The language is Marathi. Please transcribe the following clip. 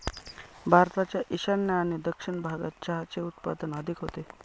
भारताच्या ईशान्य आणि दक्षिण भागात चहाचे उत्पादन अधिक होते